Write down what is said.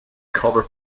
cover